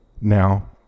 now